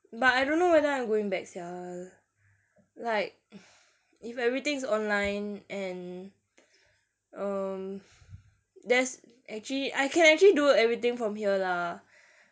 but I don't know whether I am going back sia like if everything's online and um there's actually I can actually do everything from here lah